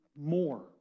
more